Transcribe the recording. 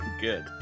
Good